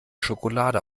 schokolade